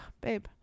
babe